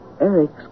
Eric's